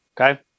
Okay